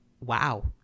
wow